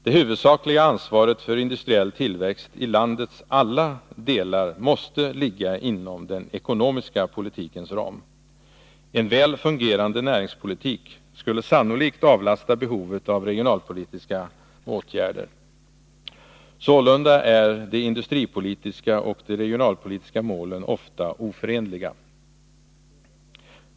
Det huvudsakliga ansvaret för industriell tillväxt i landets alla delar måste ligga inom den ekonomiska politikens ram. En väl fungerande näringspolitik skulle sannolikt avlasta behovet av regionalpolitiska insatser. Sålunda är de industripolitiska och de regionalpolitiska målen ofta oförenliga.